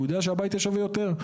הוא יודע שהבית יהיה שווה יותר.